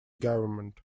government